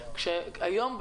היום,